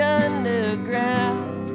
underground